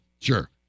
Sure